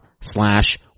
slash